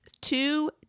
two